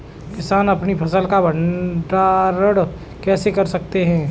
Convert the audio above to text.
किसान अपनी फसल का भंडारण कैसे कर सकते हैं?